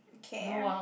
a care